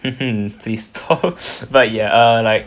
hmm hmm please stop but ya err like